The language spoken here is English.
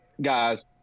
guys